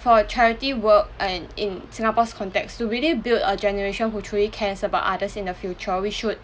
for charity work and in singapore's context to really build a generation who truly cares about others in the future we should